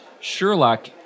Sherlock